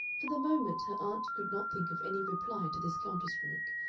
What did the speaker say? for the moment her aunt could not think of any reply to this counterstroke,